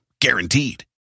Guaranteed